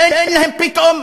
שאין להם פתאום